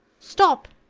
stop!